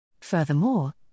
Furthermore